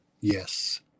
yes